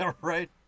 Right